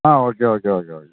ആ okay okay okay okay